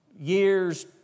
years